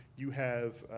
you have